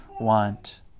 want